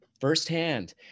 firsthand